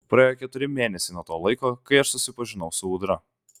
praėjo keturi mėnesiai nuo to laiko kai aš susipažinau su ūdra